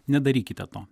nedarykite to